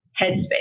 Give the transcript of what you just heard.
headspace